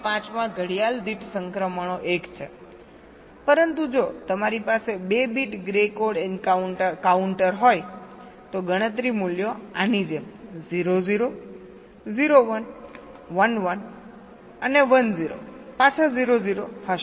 5 માં ઘડિયાળ દીઠ સંક્રમણો એક છે પરંતુ જો તમારી પાસે 2 બીટ ગ્રે કોડ કાઉન્ટર હોય તો ગણતરી મૂલ્યો આની જેમ 0 0 0 1 1 1 અને 1 0 પાછા 0 0 હશે